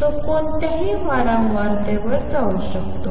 तो कोणत्याही वारंवारतेवर जाऊ शकतो